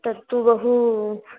तत्तु बहु